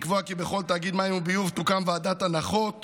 לקבוע כי בכל תאגיד מים וביוב תוקם ועדת הנחות